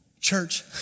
Church